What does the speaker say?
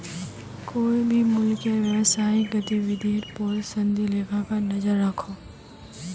कोए भी मुल्केर व्यवसायिक गतिविधिर पोर संदी लेखाकार नज़र रखोह